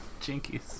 Jinkies